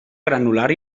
granular